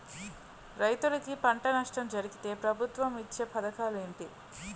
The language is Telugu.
రైతులుకి పంట నష్టం జరిగితే ప్రభుత్వం ఇచ్చా పథకాలు ఏంటి?